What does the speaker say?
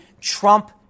Trump